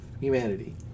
humanity